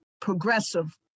progressive